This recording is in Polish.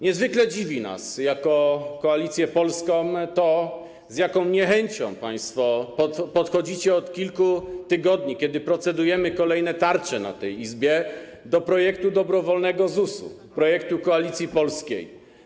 Niezwykle dziwi nas jako Koalicję Polską to, z jaką niechęcią państwo podchodzicie od kilku tygodni, kiedy procedujemy nad kolejnymi tarczami w tej Izbie, do projektu dobrowolnego ZUS-u, projektu Koalicji Polskiej.